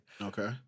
Okay